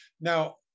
Now